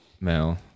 Mel